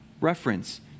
reference